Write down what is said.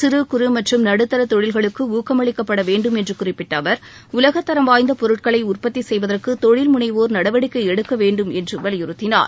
சிறு குறு மற்றும் நடுத்தர தொழில்களுக்கு ஊக்கமளிக்கப்பட வேன்டும் என்று குறிப்பிட்ட அவர் உலகத்தரம் வாய்ந்த பொருட்களை உற்பத்தி செய்வதற்கு தொழில்முனைவோர் நடவடிக்கை எடுக்க வேண்டும் என்று வலியுறுத்தினார்